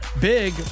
big